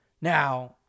Now